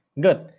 Good